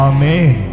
Amen